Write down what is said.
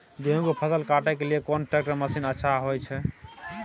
गेहूं के फसल काटे के लिए कोन ट्रैक्टर मसीन अच्छा होय छै?